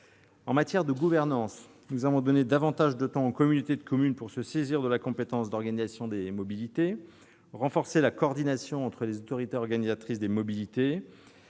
de la gouvernance, nous avons donné davantage de temps aux communautés de communes pour se saisir de la compétence d'organisation des mobilités, renforcé la coordination entre les autorités organisatrices de la mobilité,